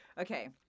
Okay